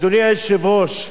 אדוני היושב-ראש,